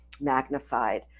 magnified